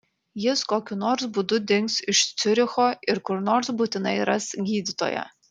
jis kokiu nors būdu dings iš ciuricho ir kur nors būtinai ras gydytoją